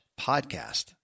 podcast